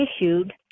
issued